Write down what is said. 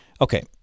Okay